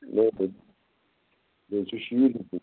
بیٚیہِ چھو شیٖرتھ دِنۍ